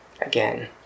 again